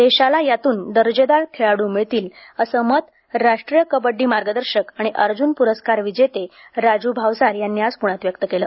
देशाला यातून दर्जेदार खेळाड् मिळतील असं मत राष्ट्रीय कबड्डी मार्गदर्शक आणि अर्जुन पुरस्कार विजेते राजू भावसार यांनी आज प्ण्यात व्यक्त केलं